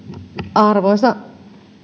arvoisa